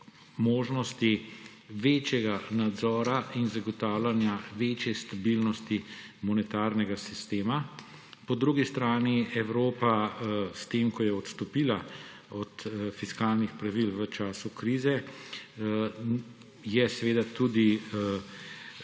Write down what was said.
možnosti večjega nadzora in zagotavljanja večje stabilnosti monetarnega sistema. Po drugi strani je Evropa s tem, ko je odstopila od fiskalnih pravil v času krize, opustila tudi